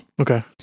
Okay